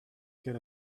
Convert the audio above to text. get